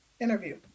interview